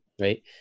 right